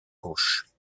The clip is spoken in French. gauche